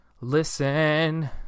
listen